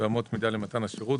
ואמות מידה למתן השירות,